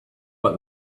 but